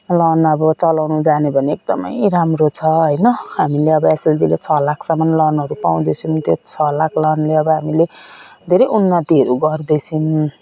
loan अब चलाउन जान्यो भने एकदमै राम्रो छ हैन हामीले अब एसएलजीले छ लाखसम्म लोनहरू पाउँदैछौँ त्यो छ लाख लोनले अब हामीले धेरै उन्नतिहरू गर्दैछौँ